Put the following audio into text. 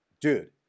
Dude